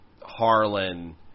harlan